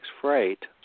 Freight